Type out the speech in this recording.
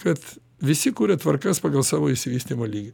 kad visi kuria tvarkas pagal savo išsivystymo lygį